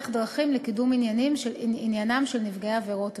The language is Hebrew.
דרכים לקידום עניינם של נפגעי עבירות מין.